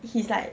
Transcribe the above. he's like